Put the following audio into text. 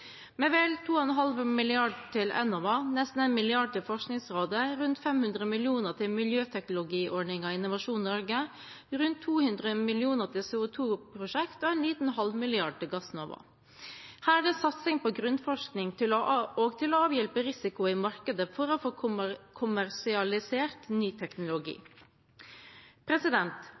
Med vel 2,5 mrd. kr til Enova, nesten 1 mrd. kr til Forskningsrådet, rundt 500 mill. kr til Miljøteknologiordningen i Innovasjon Norge, rundt 200 mill. kr til CO 2 -prosjekt og en liten halvmilliard til Gassnova. Her er det satsing på grunnforskning og for å avhjelpe risiko i markedet for å få kommersialisert ny